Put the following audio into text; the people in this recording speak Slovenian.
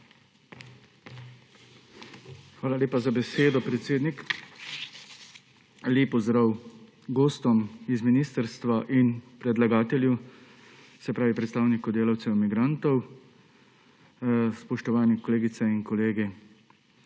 Hvala lepa za besedo, predsednik. Lep pozdrav gostom z ministrstva in predlagatelju, se pravi predstavniku delavcev migrantov! Spoštovani kolegice in kolegi!